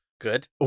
Good